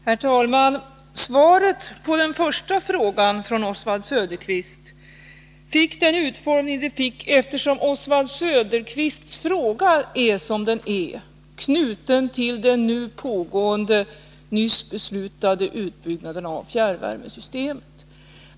Herr talman! Svaret på den första frågan från Oswald Söderqvist fick den utformning det fick, eftersom Oswald Söderqvists fråga är som den är, dvs. knuten till den nu pågående, nyss beslutade utbyggnaden av fjärrvärmesystemet.